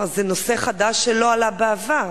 זה נושא חדש שלא עלה בעבר.